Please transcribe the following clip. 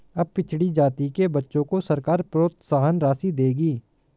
अब पिछड़ी जाति के बच्चों को सरकार प्रोत्साहन राशि देगी